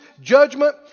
judgment